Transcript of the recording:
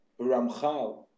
Ramchal